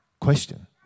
question